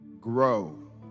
grow